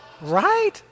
Right